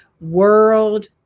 World